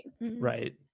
Right